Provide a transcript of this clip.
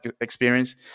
experience